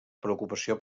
preocupació